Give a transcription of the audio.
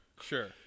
Sure